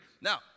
Now